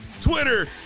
Twitter